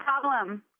problem